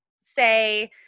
say